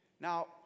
Now